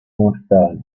mortali